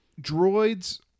droids